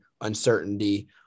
uncertainty